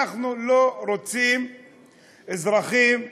אנחנו לא רוצים אזרחים ערבים,